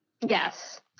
Yes